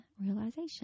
realization